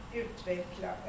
utveckla